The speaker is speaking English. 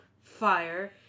fire